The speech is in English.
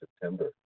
September